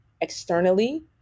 externally